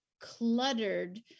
cluttered